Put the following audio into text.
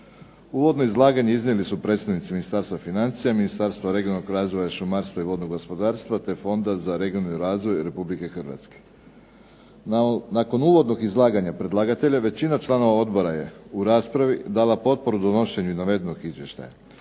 Uvodno izlaganje iznijeli su predstavnici Ministarstva financija, Ministarstva regionalnog razvoja i šumarstva i vodnog gospodarstva te Fonda za regionalni razvoj Republike Hrvatske. Nakon uvodnog izlaganja predlagatelja, većina članova Odbora je u raspravi dala potporu donošenju navedenog Izvještaja.